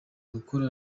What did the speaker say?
gukora